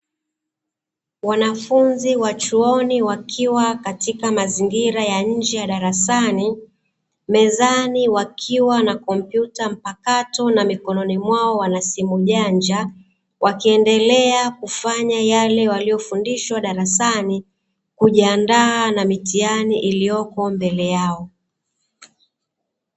Wanafunzi wa chuoni wakiwa Katika mazingira ya nje ya darasani, mezani wakiwa na kompyuta mpakato na mikononi mwao wakiwa na simu janja wakiendelea kufanya yale waliofundishwa darasani, kujiandaa na mitihani iliyoko mbele yao.